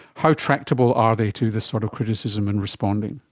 how tractable are they to this sort of criticism and responding?